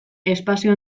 espazio